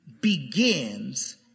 begins